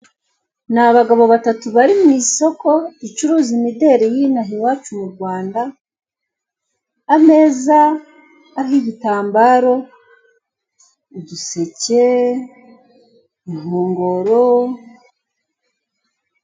Ni abagao batatu bari mu isoko ricuruza imideli y'inaha iwacu mu Rwanda, ameza, ariho igitambaro, igiseke, inkongoro.